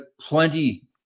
plenty